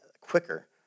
quicker